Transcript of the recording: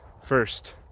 first